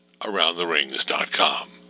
aroundtherings.com